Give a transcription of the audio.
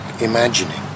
imagining